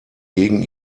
gegen